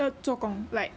做工 like